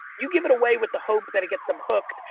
you give it away with the hope that it gets them hooked,